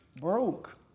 broke